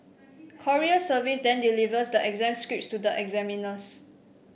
courier service then delivers the exam scripts to the examiners